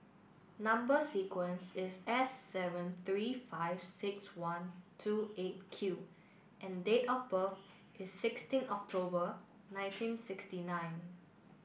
number sequence is S seven three five six one two eight Q and date of birth is sixteen October nineteen sixty nine